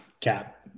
Cap